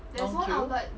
long queue